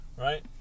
right